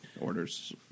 orders